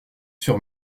sur